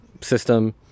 system